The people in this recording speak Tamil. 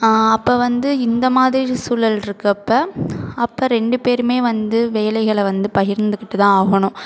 அப்போ வந்து இந்தமாதிரி சூழல் இருக்கப்போ அப்போ ரெண்டு பேரும் வந்து வேலைகளை வந்து பகிர்ந்துக்கிட்டுதான் ஆகணும்